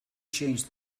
change